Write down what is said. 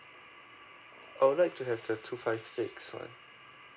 I would like to have the two five six one